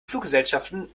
fluggesellschaften